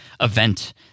event